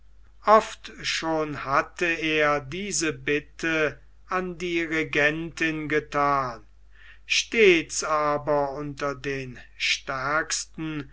oft schon hatte er diese bitte an die regentin gethan stets aber unter den stärksten